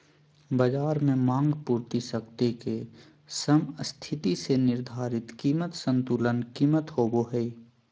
बज़ार में मांग पूर्ति शक्ति के समस्थिति से निर्धारित कीमत संतुलन कीमत होबो हइ